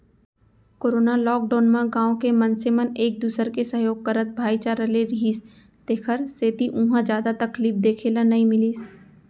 corona lockdown म गाँव के मनसे मन एक दूसर के सहयोग करत भाईचारा ले रिहिस तेखर सेती उहाँ जादा तकलीफ देखे ल नइ मिलिस